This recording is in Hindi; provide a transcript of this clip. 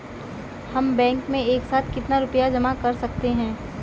हम बैंक में एक साथ कितना रुपया जमा कर सकते हैं?